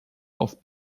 auf